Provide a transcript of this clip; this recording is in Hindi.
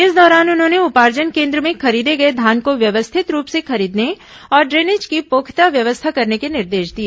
इस दौरान उन्होंने उपार्जन केन्द्र में खरीदे गए धान को व्यवस्थित रूप से रखने और ड्रेनेज की पुख्ता व्यवस्था करने के निर्देश दिए